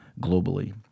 globally